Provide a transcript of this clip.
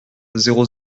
zéro